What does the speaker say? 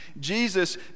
Jesus